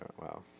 Wow